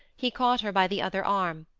he caught her by the other arm,